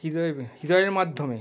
হৃদয় হৃদয়ের মাধ্যম